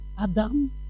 Adam